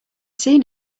seen